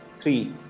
Three